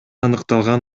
аныкталган